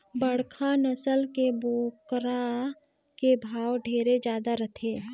बड़खा नसल के बोकरा के भाव ढेरे जादा रथे